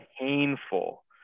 painful